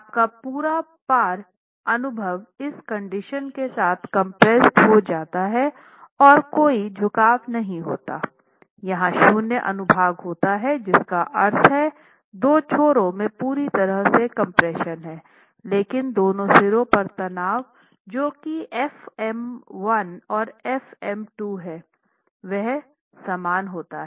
आपका पूरा पार अनुभाग इस कंडीशन के साथ कंप्रेस्ड हो सकता है और कोई झुकाव नहीं होता यहाँ शून्य अनुभाग होता है जिसका अर्थ है दो छोरों में पूरी तरह से कम्प्रेशन है लेकिन दोनों सिरों पर तनाव जो की fm1 और f m2 है वह समान होता हैं